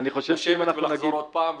לשבת ולחזור שוב?